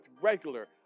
regular